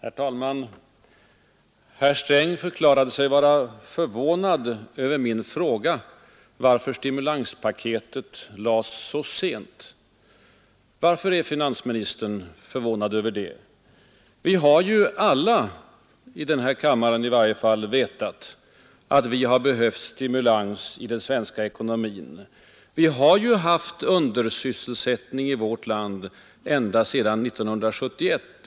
Herr talman! Herr Sträng förklarade sig vara förvånad över min fråga varför stimulanspaketet lades fram så sent. Varför är finansministern förvånad över det? Vi har ju alla i denna kammare vetat att det har behövts stimulans i den svenska ekonomin. Det har ju rått undersysselsättning i vårt land ända sedan 1971.